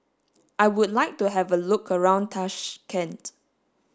I would like to have a look around Tashkent